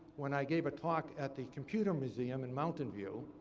when i gave a talk at the computer museum in mountain view,